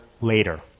later